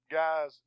guys